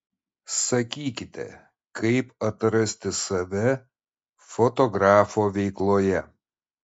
sakykite kaip atrasti save fotografo veikloje